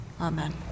Amen